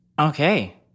Okay